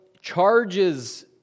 charges